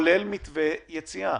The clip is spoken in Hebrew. כולל מתווה יציאה.